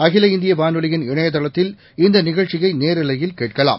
அகிலஇந்தியவானொலியின்இ ணையதளத்தில்இந்தநிகழ்ச்சியைநேரலையில்கேட்கலாம்